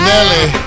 Nelly